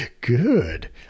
Good